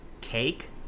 Cake